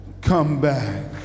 comeback